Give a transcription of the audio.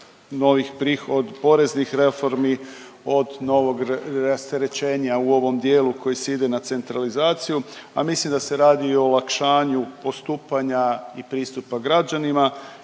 novih, od poreznih reformi, od novog rasterećenja u ovom dijelu koji se ide na centralizaciju, a mislim da se radi i olakšanju postupanja i pristupa građanima